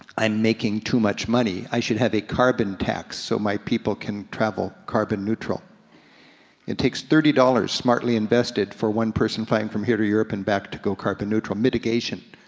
i'm making too much money. i should have a carbon tax so my people can travel carbon-neutral. it takes thirty dollars smartly invested for one person flying from here to europe and back to go carbon-neutral, mitigation.